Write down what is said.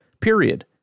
period